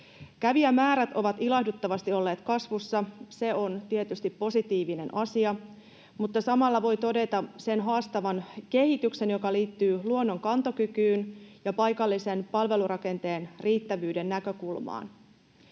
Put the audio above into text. Kävijämäärät ovat ilahduttavasti olleet kasvussa. Se on tietysti positiivinen asia, mutta samalla voi todeta sen haastavan kehityksen, joka liittyy luonnon kantokykyyn ja paikallisen palvelurakenteen riittävyyden näkökulmaan.